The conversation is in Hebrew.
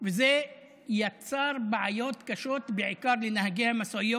וזה יצר בעיות קשות, בעיקר לנהגי המשאיות.